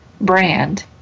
brand